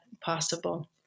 possible